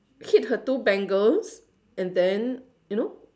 hit her two bangles and then you know